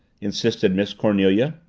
insisted miss cornelia.